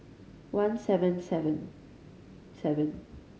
one seven seven seven